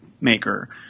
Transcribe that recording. maker